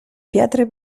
pietre